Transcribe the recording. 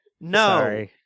No